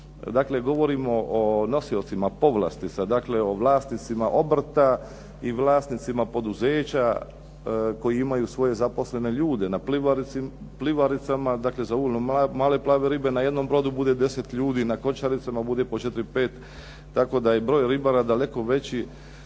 Dakle govorimo o nosiocima povlastica, dakle o vlasnicima obrta i vlasnicima poduzeća koji imaju svoje zaposlene ljude na pivaricama, dakle za ulov male plave ribe na jednom brodu bude ljudi, na …/Govornik se ne razumije./… bude po 4, 5, tako da je broj ribara daleko veći